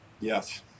Yes